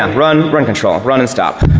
um run, run control, run and stop,